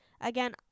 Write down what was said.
again